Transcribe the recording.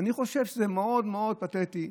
אני חושב שזה מאוד מאוד פתטי,